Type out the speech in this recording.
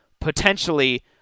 potentially